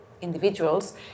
individuals